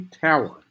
Tower